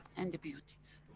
and the beauties.